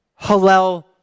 Hallel